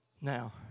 Now